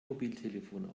mobiltelefon